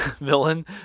villain